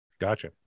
gotcha